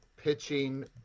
Pitching